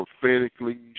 prophetically